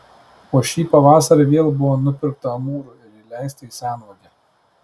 o šį pavasarį vėl buvo nupirkta amūrų ir įleista į senvagę